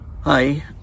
Hi